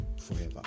forever